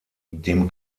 dem